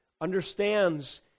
understands